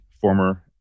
former